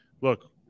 Look